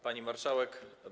Pani Marszałek!